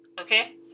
Okay